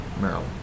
Maryland